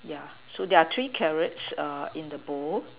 yeah so there are three carrots in the bowl